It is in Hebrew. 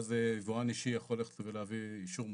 ואז יבואן אישי יכול ללכת ולהביא אישור מוסך.